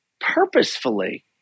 purposefully